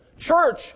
Church